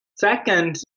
Second